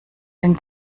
den